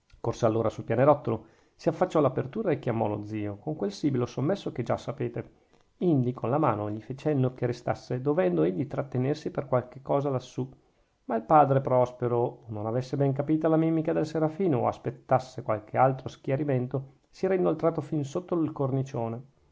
corse allora sul pianerottolo si affacciò all'apertura e chiamò lo zio con quel sibilo sommesso che già sapete indi con la mano gli fe cenno che restasse dovendo egli trattenersi per qualche cosa lassù ma il padre prospero o non avesse ben capita la mimica del serafino o aspettasse qualche altro schiarimento si era inoltrato fin sotto al cornicione